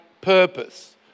purpose